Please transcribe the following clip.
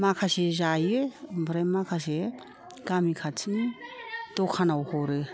माखासे जायो ओमफ्राय माखासे गामि खाथिनि दखानाव हरो